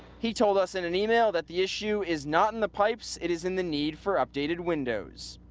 he told us in an email that the issue is not in the pipes, it is in the need for updated windows.